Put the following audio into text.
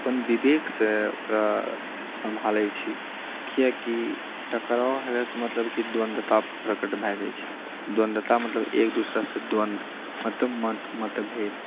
अपन विवेकेसे ओकरा सम्भालै छी किआकि टकराव हेबएके मतलब द्वन्द्वता प्रकट भए जाइत छै द्वन्द्वता मतलब एक दूसरासँ द्वन्द्व मतलब मत मतभेद